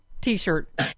T-shirt